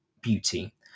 beauty